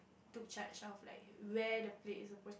took charge of like where the plates supposed to